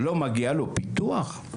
לא מגיע לו פיתוח?